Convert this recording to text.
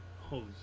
Holy